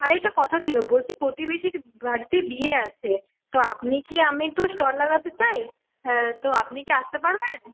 আর একটা কথা ছিল বলছি প্রতিবেশীর বাড়িতে বিয়ে আছে তো আপনি কি আমি তো স্টল লাগাতে চাই তো আপনি কি আসতে পারবেন